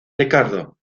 ricardo